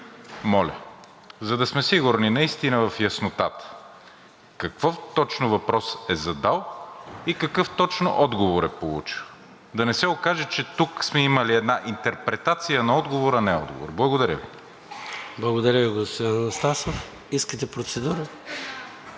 моля. За да сме сигурни наистина в яснота какъв точно въпрос е задал и какъв точно отговор е получил. Да не се окаже, че тук сме имали една интерпретация на отговора, а не отговор. Благодаря Ви. ПРЕДСЕДАТЕЛ ЙОРДАН ЦОНЕВ: Благодаря Ви, господин Анастасов. Искате процедура?